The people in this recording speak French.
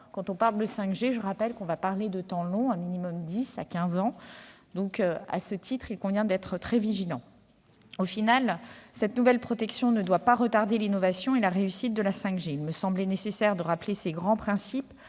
Quand on parle de 5G, je le rappelle, on parle de temps long- dix à quinze ans au minimum. À ce titre, il convient d'être très vigilant. Finalement, cette nouvelle protection ne doit pas retarder l'innovation et la réussite de la 5G. Il me semblait nécessaire de rappeler ces grands principes